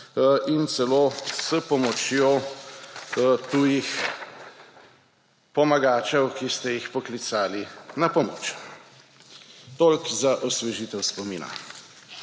in celo s pomočjo tujih pomagačev, ki ste jih poklicali na pomoč. Toliko za osvežitev spomina.